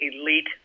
elite